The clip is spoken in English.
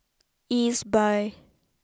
Ezbuy